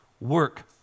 work